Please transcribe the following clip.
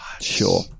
Sure